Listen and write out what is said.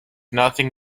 nothing